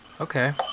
okay